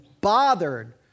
bothered